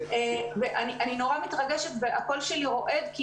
אני מאוד מתרגשת והקול שלי רועד כי